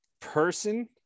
person